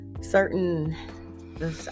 certain